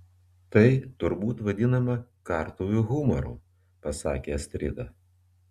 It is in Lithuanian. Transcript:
tai turbūt vadinama kartuvių humoru pasakė astrida